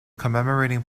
commemorating